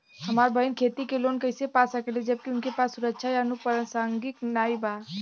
हमार बहिन खेती के लोन कईसे पा सकेली जबकि उनके पास सुरक्षा या अनुपरसांगिक नाई बा?